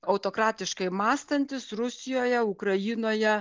autokratiškai mąstantys rusijoje ukrainoje